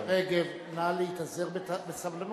חברת הכנסת רגב, נא להתאזר בסבלנות.